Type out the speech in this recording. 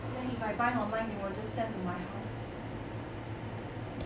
then if I buy online they will just send to my house